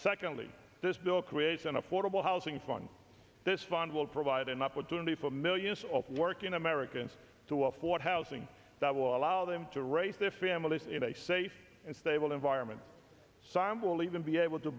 secondly this bill creates an affordable housing one this fund will provide an opportunity for millions of working americans to afford housing that will allow them to raise their families in a safe and stable environment saddam will even be able to